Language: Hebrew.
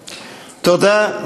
תודה.